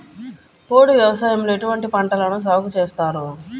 పోడు వ్యవసాయంలో ఎటువంటి పంటలను సాగుచేస్తారు?